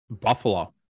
Buffalo